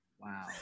Wow